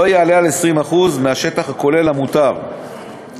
יעלה על 20% מהשטח הכולל המותר לבנייה.